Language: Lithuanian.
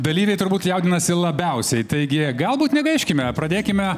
dalyviai turbūt jaudinasi labiausiai taigi galbūt negaiškime pradėkime